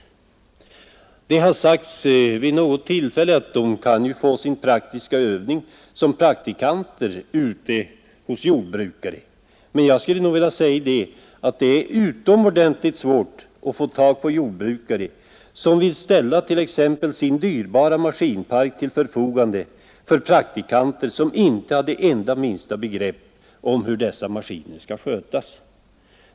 Det har vid något tillfälle sagts att eleverna kan få sin praktiska övning som praktikanter ute hos jordbrukare. Men jag skulle nog vilja säga att det är utomordentligt svårt att få tag på jordbrukare som vill ställa t.ex. sin dyrbara maskinpark till förfogande för praktikanter som inte har minsta begrepp om hur dessa maskiner skall skötas.